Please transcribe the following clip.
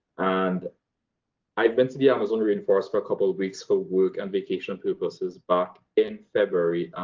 and i've been to the amazon rainforest for a couple of weeks for work and vacation purposes back in february.